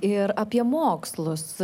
ir apie mokslus